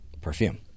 perfume